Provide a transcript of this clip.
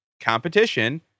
competition